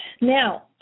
Now